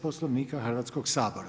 Poslovnika Hrvatskog sabora.